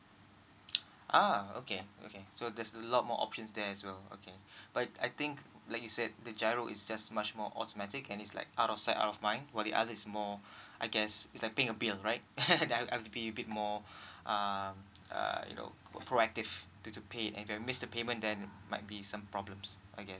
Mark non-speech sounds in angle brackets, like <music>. ah okay okay so that's a lot more options there as well okay but I think like you said the G_I_R_O is just much more automatic and is like out of sight out of mind for the other is more I guess that ping a beer right <laughs> I was be a bit more um uh you know proactive to to pay and I missed the payment then might be some problems I guess